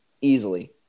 easily